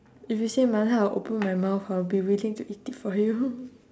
if you say mala I'll open my mouth I'll be waiting to eat it for you